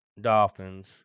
Dolphins